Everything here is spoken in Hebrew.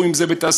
או אם זה בתעשייה,